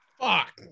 Fuck